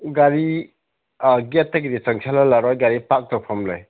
ꯒꯥꯔꯤ ꯒꯦꯠꯇꯒꯤꯗꯤ ꯆꯪꯁꯤꯟꯍꯟꯂꯔꯣꯏ ꯒꯥꯔꯤ ꯄꯥꯔꯛ ꯇꯧꯐꯝ ꯂꯩ